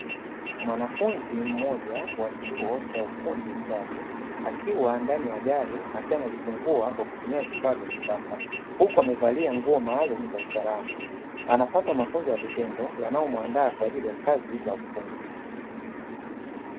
Mwanafunzi mmoja wa chuo cha ufundi stadi, akiwa ndani ya gari akiwa analifungua kwa kutumia vifaa vya kisasa huku amevalia nguo maalumu za usalama. Anapata mafunzo ya vitendo yanayomwandaa kwa ajili ya kazi za ufundi.